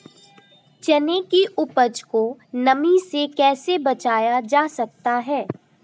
चने की उपज को नमी से कैसे बचाया जा सकता है?